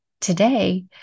today